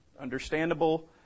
Understandable